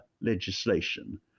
legislation